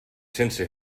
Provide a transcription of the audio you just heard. sense